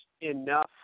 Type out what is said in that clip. enough